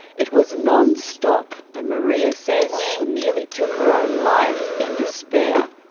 it was non-stop, and maria says she nearly took her own life in despair.